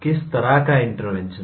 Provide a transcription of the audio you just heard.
किस तरह का इंटरवेंशन